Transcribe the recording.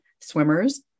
swimmers